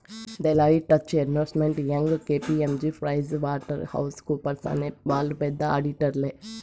Deloitte, Touche Ernst, Young KPMG Price Waterhouse కూపర్స్అనే వాళ్ళు పెద్ద ఆడిటర్లే